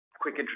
quick